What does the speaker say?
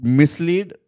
mislead